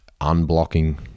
unblocking